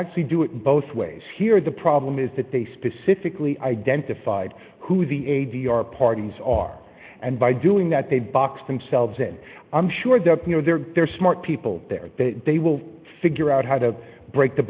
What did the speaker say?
actually do it both ways here the problem is that they specifically identified who the a d r parties are and by doing that they box themselves and i'm sure that no they're there smart people there they will figure out how to break the